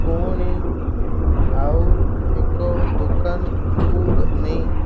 ପୁଣି ଆଉ ଏକ ଦୋକାନକୁ ନେଇ